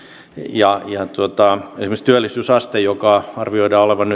ja esimerkiksi työllisyysaste jonka arvioidaan olevan